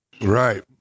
Right